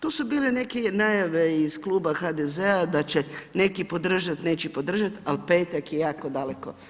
Tu su bile neke najave iz kluba HDZ-a da će neki podržat, neće podržati, ali petak je jako daleko.